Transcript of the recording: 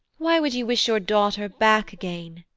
why would you wish your daughter back again?